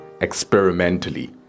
experimentally